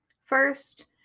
first